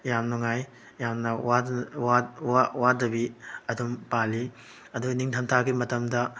ꯌꯥꯝ ꯅꯨꯡꯉꯥꯏ ꯌꯥꯝꯅ ꯋꯥꯗꯕꯤ ꯑꯗꯨꯝ ꯄꯥꯜꯂꯤ ꯑꯗꯨ ꯅꯤꯡꯊꯝꯊꯥꯒꯤ ꯃꯇꯝꯗ